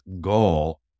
goal